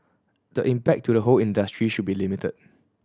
the impact to the whole industry should be limited